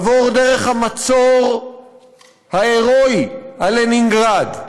עבור דרך המצור ההירואי על לנינגרד,